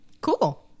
Cool